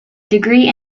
degree